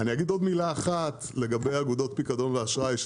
עוד מילה לגבי אגודות פיקדון ואשראי,